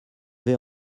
vais